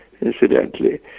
incidentally